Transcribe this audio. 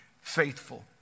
faithful